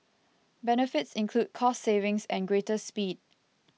benefits include cost savings and greater speed